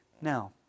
Now